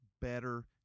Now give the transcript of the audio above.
better